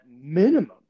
minimum